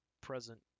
present